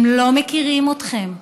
הם לא מכירים אתכם.